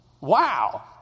Wow